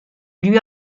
lui